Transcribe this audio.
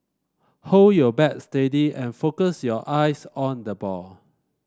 hold your bat steady and focus your eyes on the ball